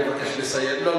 אני מבקש לסיים.